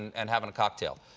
and having a cocktail.